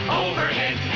overhead